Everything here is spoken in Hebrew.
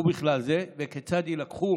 ובכלל זה כיצד יילקחו